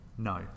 No